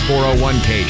401k